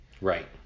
Right